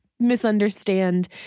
misunderstand